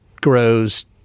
grows